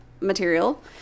material